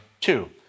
two